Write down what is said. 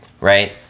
Right